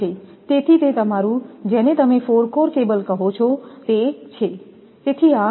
તેથી તે તમારું જેને તમે 4 કોર કેબલ કહો છો તે છે